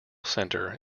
centre